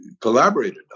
collaborated